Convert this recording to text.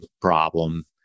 problem